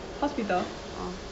hospital